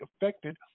affected